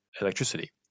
electricity